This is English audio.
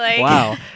Wow